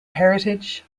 heritage